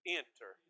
enter